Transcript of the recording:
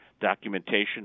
documentation